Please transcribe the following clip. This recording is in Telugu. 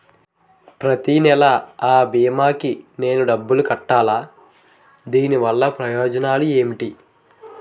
ప్రతినెల అ భీమా కి నేను డబ్బు కట్టాలా? దీనివల్ల ప్రయోజనాలు ఎంటి?